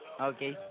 Okay